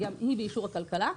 גם היא באישור ועדת הכלכלה,